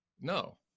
no